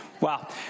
Wow